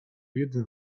jeden